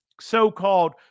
so-called